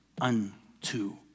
unto